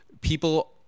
People